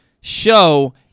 show